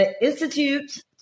Institute